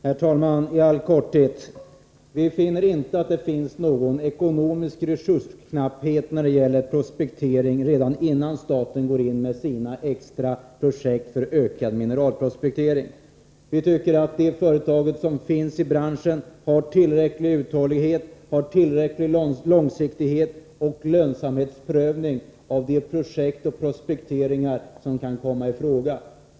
Herr talman! I all korthet vill jag säga följande. Vi finner inte att det finns någon ekonomisk resursknapphet när det gäller prospektering redan innan staten går in med sina extra projekt för ökad mineralprospektering. Vi tycker att de företag som finns i branschen har tillräcklig uthållighet, tillräcklig långsiktighet och lönsamhetsprövning av de projekt och prospekteringar som kan komma i fråga.